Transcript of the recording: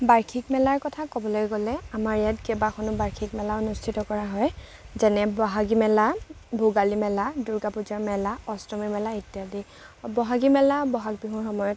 বাৰ্ষিক মেলাৰ কথা ক'বলৈ গ'লে আমাৰ ইয়াত কেবাখনো বাৰ্ষিক মেলা অনুষ্ঠিত কৰা হয় যেনে বহাগী মেলা ভোগালী মেলা দুৰ্গা পূজা মেলা অষ্টমী মেলা ইত্যাদি বহাগী মেলা বহাগ বিহুৰ সময়ত